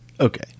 okay